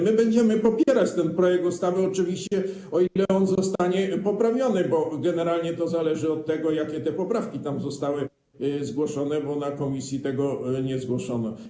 My będziemy popierać ten projekt ustawy, oczywiście, o ile on zostanie poprawiony, bo generalnie to zależy od tego, jakie poprawki tam zostały zgłoszone, bo na posiedzeniu komisji tego nie zgłoszono.